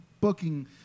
booking